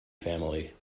family